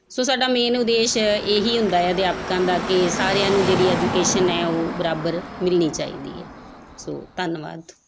ਸੋ ਸਾਡਾ ਮੇਨ ਉਦੇਸ਼ ਇਹੀ ਹੁੰਦਾ ਆ ਅਧਿਆਪਕਾਂ ਦਾ ਕਿ ਸਾਰਿਆਂ ਨੂੰ ਜਿਹੜੀ ਐਜੂਕੇਸ਼ਨ ਹੈ ਉਹ ਬਰਾਬਰ ਮਿਲਣੀ ਚਾਹੀਦੀ ਹੈ ਸੋ ਧੰਨਵਾਦ